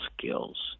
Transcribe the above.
skills